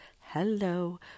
Hello